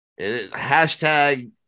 hashtag